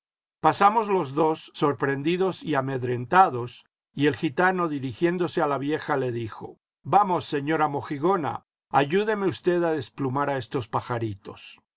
pasamos los dos sorprendidos y amedrentados y el gitano dirigiéndose a la vieja le dijo vamos señora mojigona ayúdeme usted a desplumar a estos pajaritos